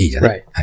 Right